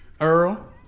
earl